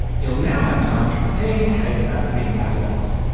he'll now have time to prepare his case about the bin padlocks.